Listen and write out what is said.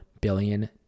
billion